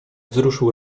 wzruszył